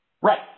Right